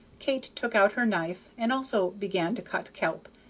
kate took out her knife and also began to cut kelp,